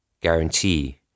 guarantee